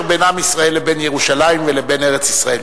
בין עם ישראל לבין ירושלים ולבין ארץ-ישראל.